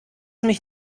mich